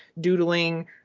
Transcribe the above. doodling